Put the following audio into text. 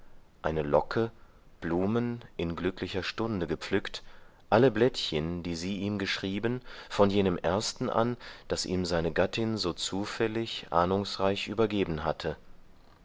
eine locke blumen in glücklicher stunde gepflückt alle blättchen die sie ihm geschrieben von jenem ersten an das ihm seine gattin so zufällig ahnungsreich übergeben hatte